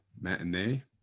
matinee